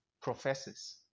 professes